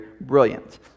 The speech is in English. brilliant